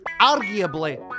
arguably